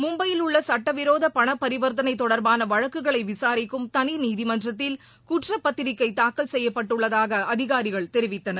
மும்பையில் உள்ள சட்டவிரோத பண பரிவர்த்தனை தொடர்பான வழக்குகளை விசாரிக்கும் தளி நீதிமன்றத்தில் குற்றப்பத்திரிக்கை தாக்கல் செய்யப்பட்டுள்ளதாக அதிகாரிகள் தெரிவித்தனர்